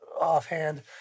offhand